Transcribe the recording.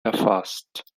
erfasst